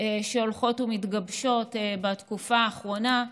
שהולכות ומתגבשות בתקופה האחרונה.